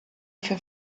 für